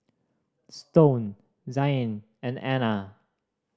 Stone Zain and Anna